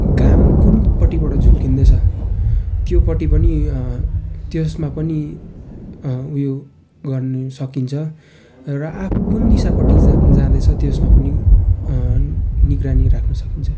घाम कुन पट्टिबाट झुल्किँदैछ त्योपट्टि पनि त्यसमा पनि उयो गर्न सकिन्छ र आफू कुन दिशापट्टि जाँ जाँदैछ त्यसमा पनि निगरानी राख्न सकिन्छ